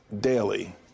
daily